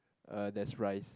uh there's rice